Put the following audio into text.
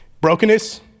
Brokenness